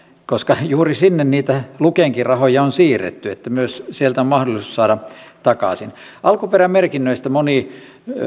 koska juuri sinne niitä lukenkin rahoja on siirretty että sieltä myös on mahdollisuus saada takaisin alkuperämerkinnöistä moni